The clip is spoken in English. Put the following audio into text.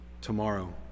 tomorrow